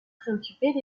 préoccupait